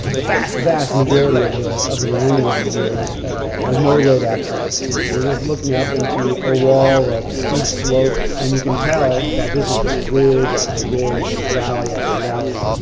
the vast, vast majority of the of the land around here has no road access. you're just looking up into a wall of steep slope and you can tell that this is just ridge after ridge and valley upper valley.